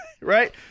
Right